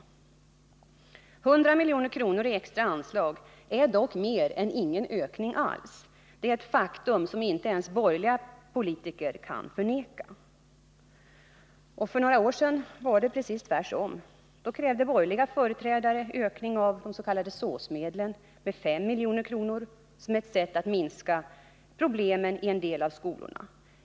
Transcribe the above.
100 milj.kr. i extra anslag är dock mer än ingen ökning alls, ett faktum som inte ens borgerliga politiker kan förneka. För några år sedan var det precis tvärtom. Då krävde borgerliga företrädare ökningar av SÅS-medlen med 5 milj.kr. som ett sätt att minska problemen i en del skolor.